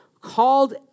called